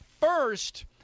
first